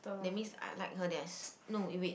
that means I like her there's no eh wait